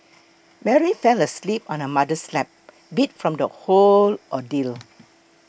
Mary fell asleep on her mother's lap beat from the whole ordeal